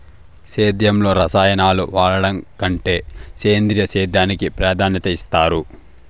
సేద్యంలో రసాయనాలను వాడడం కంటే సేంద్రియ సేద్యానికి ప్రాధాన్యత ఇస్తారు